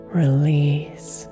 release